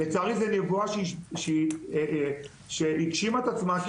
לצערי זאת נבואה שהגשימה את עצמה,